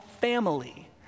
family